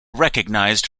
recognized